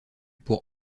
pour